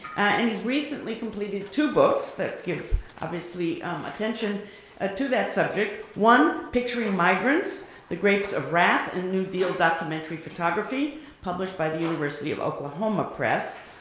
and he's recently completed two books that give attention attention ah to that subject. one, picturing migrants, the grapes of wrath and new deal documentary photography published by the university of oklahoma press,